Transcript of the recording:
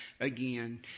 again